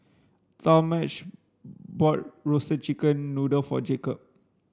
Talmadge bought roasted chicken noodle for Jacob